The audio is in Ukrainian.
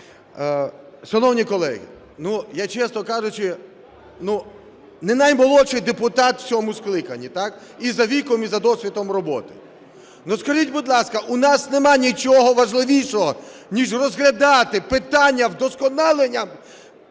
Шановні колеги, я, чесно кажучи, не наймолодший депутат в цьому скликанні, так, і за віком, і за досвідом роботи. Скажіть, будь ласка, у нас немає нічого важливішого, ніж розглядати питання вдосконалення